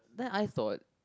then I thought